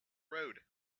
road